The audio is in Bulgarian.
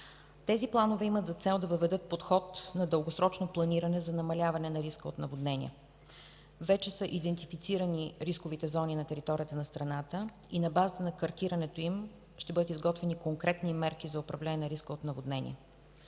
Тези планове имат за цел да въведат подход на дългосрочно планиране за намаляване на риска от наводнения. Вече са идентифицирани рисковите зони на територията на страната и на базата на картирането им ще бъдат изготвени конкретни мерки за управление на риска от наводнения.